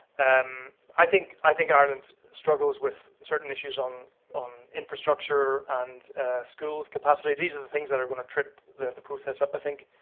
and i think i think ireland struggles with certain issues on on infrastructure, and schools capacity. these are the things that are gonna trip the process up i think.